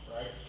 right